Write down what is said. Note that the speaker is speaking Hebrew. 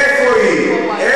איפה האנושיות שלהם, איפה היא?